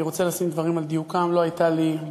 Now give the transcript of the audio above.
אני רוצה להעמיד דברים על דיוקם: לא הייתה לי,